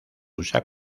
usa